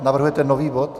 Navrhujete nový bod?